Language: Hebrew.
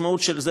המשמעות של זה